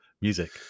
music